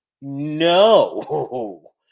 no